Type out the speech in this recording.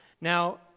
Now